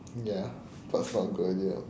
ya but it's not a good idea